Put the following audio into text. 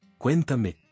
Cuéntame